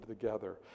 together